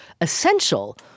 essential